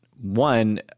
one